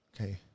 Okay